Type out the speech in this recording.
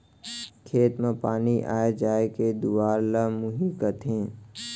खेत म पानी आय जाय के दुवार ल मुंही कथें